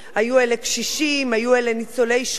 קשישים וניצולי שואה.